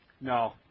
No